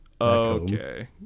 Okay